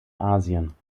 asien